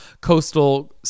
coastal